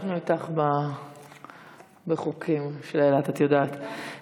אנחנו איתך בחוקים של אילת, את יודעת.